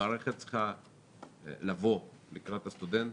המערכת צריכה לבוא לקראת הסטודנט,